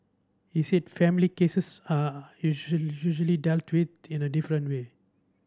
he said family cases are usual usually dealt with in a different way